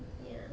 ya